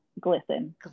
Glisten